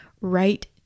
right